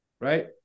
Right